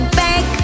back